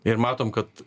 ir matom kad